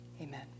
Amen